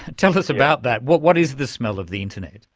ah tell us about that. what what is the smell of the internet?